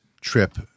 trip